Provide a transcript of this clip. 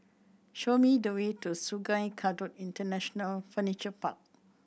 show me the way to Sungei Kadut International Furniture Park